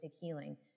healing